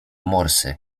morsy